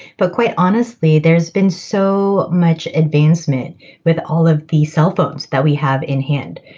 but quite honestly, there's been so much advancement with all of the cellphones that we have in hand.